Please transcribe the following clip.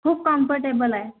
खूप कम्फर्टेबल आहे